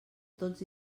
tots